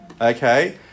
Okay